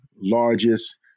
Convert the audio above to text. largest